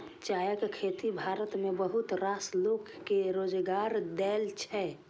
चायक खेती भारत मे बहुत रास लोक कें रोजगार दै छै